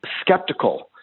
skeptical